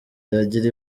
yagira